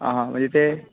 आं हां म्हणजे तें